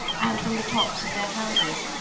and from the tops of their houses,